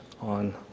on